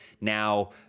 now